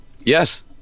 Yes